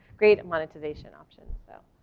great monetization options. so